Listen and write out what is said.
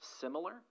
similar